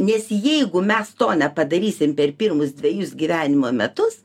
nes jeigu mes to nepadarysim per pirmus dvejus gyvenimo metus